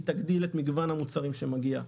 היא תגדיל את מגוון המוצרים שמגיע,